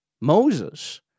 Moses